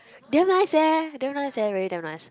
damn nice leh damn nice leh really damn nice